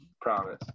Promise